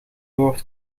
woord